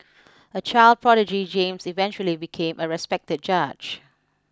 a child prodigy James eventually became a respected judge